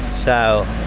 so